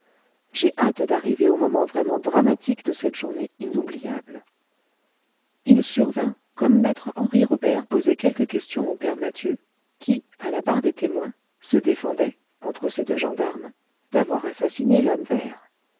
j'ai hâte d'arriver au moment vraiment dramatique de cette journée inoubliable il survint comme me henri robert posait quelques questions au père mathieu qui à la barre des témoins se défendait entre ses deux gendarmes d'avoir assassiné l'homme vert